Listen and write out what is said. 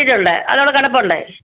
കിട്ടിയിട്ടുണ്ട് അതവിടെ കിടപ്പുണ്ട്